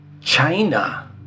China